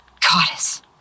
goddess